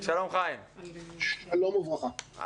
שלום וברכה,